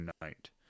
night